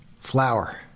flower